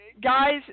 guys